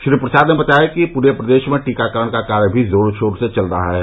श्री प्रसाद ने बताया कि पूरे प्रदेश में टीकाकरण का कार्य भी जोर शोर से चल रहा है